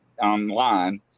online